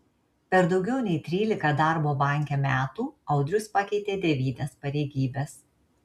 per daugiau nei trylika darbo banke metų audrius pakeitė devynias pareigybes